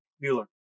Mueller